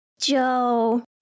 Joe